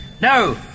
No